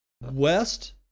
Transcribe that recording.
west